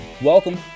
Welcome